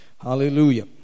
Hallelujah